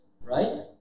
right